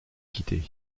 quitter